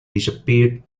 disappeared